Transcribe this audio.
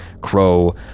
Crow